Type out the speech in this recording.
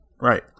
right